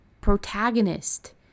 protagonist